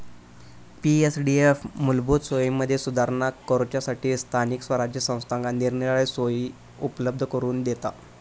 पी.एफडीएफ मूलभूत सोयींमदी सुधारणा करूच्यासठी स्थानिक स्वराज्य संस्थांका निरनिराळे सोयी उपलब्ध करून दिता